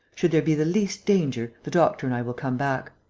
should there be the least danger, the doctor and i will come back.